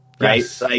right